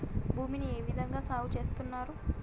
భూమిని ఏ విధంగా సాగు చేస్తున్నారు?